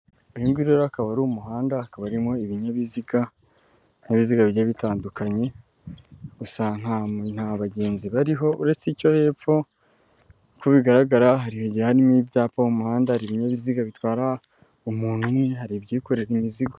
Uyu nguyu rero akaba ari umuhanda, hakaba harimo ibinyabiziga, ibinyabiziga bigiye bitandukanye, usanga nta bagenzi bariho uretse icyo hepfo, uko bigaragara hari igihe hari ibyapa mu muhanda, ibinyabiziga bitwara umuntu umwe hari ibyikorera imizigo.